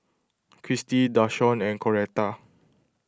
Christi Dashawn and Coretta